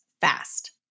fast